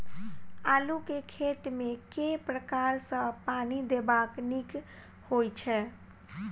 आलु केँ खेत मे केँ प्रकार सँ पानि देबाक नीक होइ छै?